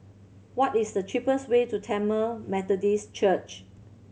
what is the cheapest way to Tamil Methodist Church